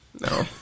No